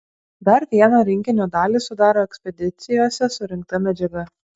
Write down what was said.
dar vieną rinkinio dalį sudaro ekspedicijose surinkta medžiaga